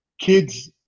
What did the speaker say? kids